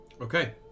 Okay